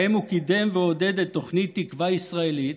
שבהם הוא קידם ועודד את תוכנית "תקווה ישראלית",